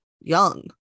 young